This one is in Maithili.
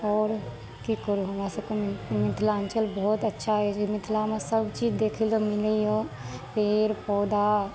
आओर की करू हमरा सबके मिथिलांचल बहुत अच्छा अछि मिथिलामे सब चीज देखै लए मिलैया पेड़ पौधा